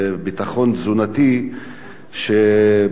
נוסף על מה שאמרו קודמי.